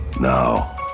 Now